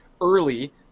early